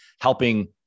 helping